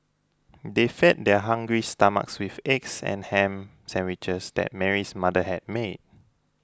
they fed their hungry stomachs with eggs and ham sandwiches that Mary's mother had made